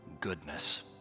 goodness